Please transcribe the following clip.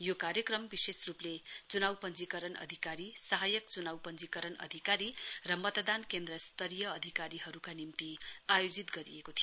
यो कार्यक्रम विशेष रूपले चुनाउ पश्चीकरण अधिकारी सहायक चुनाउ पश्चीकरण अधिकारी र मतदान केन्द्र स्तरीय अधिकारीहरूका निम्ति आयोजित गरिएको थियो